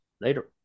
Later